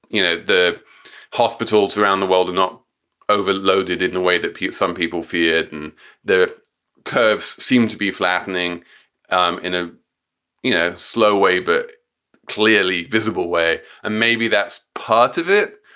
you know, the hospitals around the world are not overloaded in a way that some people feared. and their curves seem to be flattening um in a you know slow way, but clearly visible way. and maybe that's part of it.